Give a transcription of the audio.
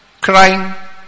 crying